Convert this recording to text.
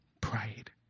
pride